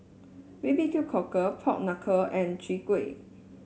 B B Q Cockle Pork Knuckle and Chwee Kueh